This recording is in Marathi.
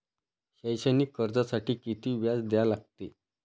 शैक्षणिक कर्जासाठी किती व्याज द्या लागते?